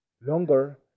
longer